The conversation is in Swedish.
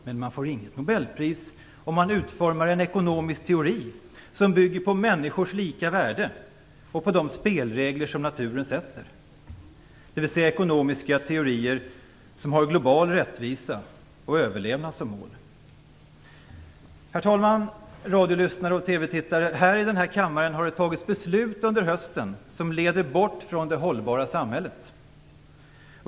Men man får inget Nobelpris om man utformar en ekonomisk teori som bygger på människors lika värde och på de spelregler som naturen sätter, dvs. ekonomiska teorier som har global rättvisa och överlevnad som mål. Herr talman! Radiolyssnare och TV-tittare! Här i denna kammare har det fattats beslut under hösten som leder bort från det hållbara samhället.